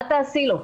מה תעשי לו?